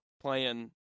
playing